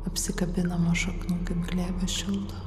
apsikabinamą šaknų kaip glėby šildo